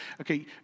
okay